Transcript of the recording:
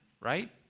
right